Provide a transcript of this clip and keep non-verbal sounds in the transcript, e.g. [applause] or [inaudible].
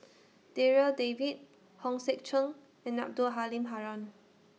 [noise] Darryl David Hong Sek Chern and Abdul Halim Haron